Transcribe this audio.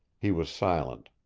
he was silent.